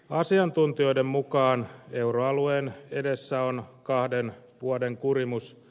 asiantuntijoiden mukaan euroalueen edessä on kahden vuoden kurimus